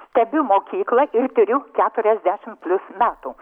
stebiu mokyklą ir turiu keturiasdešim plius metų